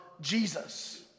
Jesus